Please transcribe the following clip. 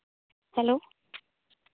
hello